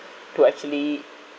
to actually